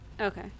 okay